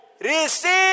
Receive